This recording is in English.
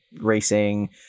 racing